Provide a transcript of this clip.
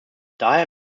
daher